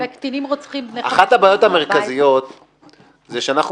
אחת הבעיות המרכזיות היא שאנחנו